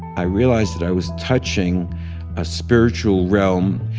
i realized that i was touching a spiritual realm.